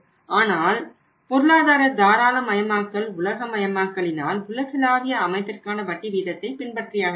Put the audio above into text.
ஆனால் பொருளாதார தாராளமயமாக்கல் உலகமயமாக்கலினால் உலகளாவிய அமைப்பிற்கான வட்டி வீதத்தை பின்பற்றியாக வேண்டும்